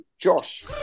josh